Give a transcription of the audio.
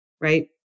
right